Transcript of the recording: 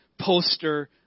poster